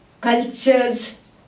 cultures